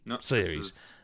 series